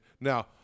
now